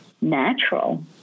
natural